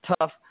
tough